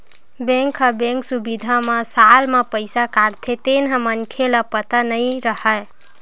bank ह bank सुबिधा म साल म पईसा काटथे तेन ह मनखे ल पता नई रहय